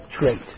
trait